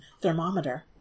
thermometer